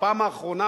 בפעם האחרונה,